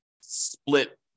split